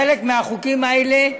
חלק מהחוקים האלה,